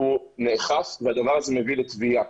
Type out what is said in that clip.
הוא נאכף והדבר הזה מביא לתביעה.